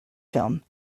film